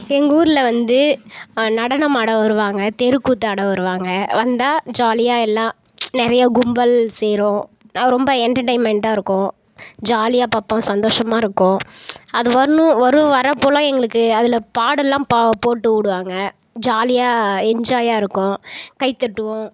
எங்க ஊரில் வந்து நடனமாட வருவாங்க தெருக்கூத்தாட வருவாங்க வந்தா ஜாலியாக எல்லாம் நிறைய கும்பல் சேரும் நான் ரொம்ப என்டர்டைமண்டாகருக்கும் ஜாலியாக பார்ப்போம் சந்தோஷமாகருக்கும் அது வருணும் வரும் வரப்போலாம் எங்களுக்கு அதில் பாடல் எல்லாம் பா போட்டு விடுங்க ஜாலியாக என்ஜாயாகருக்கும் கை தட்டுவோம்